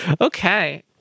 Okay